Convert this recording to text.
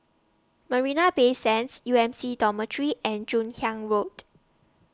Marina Bay Sands U M C Dormitory and Joon Hiang Road